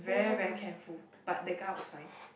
she very very careful but that guy was fine